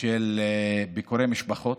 לביקורי משפחות.